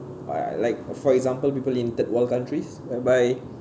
uh like for example people in third world countries whereby